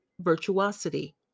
virtuosity